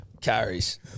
Carries